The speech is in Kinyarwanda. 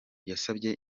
yasabye